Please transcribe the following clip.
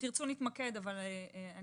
יש